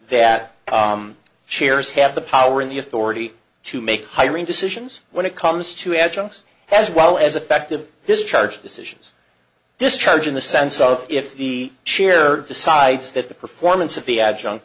that chairs have the power in the authority to make hiring decisions when it comes to adjuncts as well as effective this charge decisions discharge in the sense of if the chair decides that the performance of the adjunct